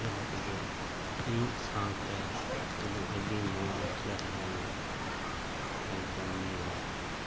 ᱡᱟᱦᱟᱸ ᱛᱮᱜᱮ ᱢᱤᱫ ᱥᱟᱶᱛᱮ ᱮᱠᱫᱚᱢ ᱟᱹᱰᱤ ᱢᱚᱸᱡᱽ ᱞᱮ ᱛᱟᱦᱮᱱᱟ ᱮᱠᱫᱚᱢ ᱢᱤᱞ